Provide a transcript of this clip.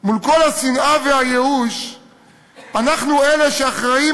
מול כל השנאה והייאוש אנחנו אלה שאחראים